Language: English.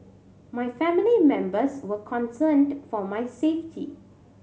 my family members were concerned for my safety